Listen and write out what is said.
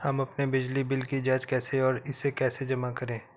हम अपने बिजली बिल की जाँच कैसे और इसे कैसे जमा करें?